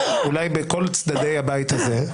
אולי בכל צדדי הבית הזה,